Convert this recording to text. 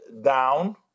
down